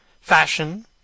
Fashion